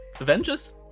Avengers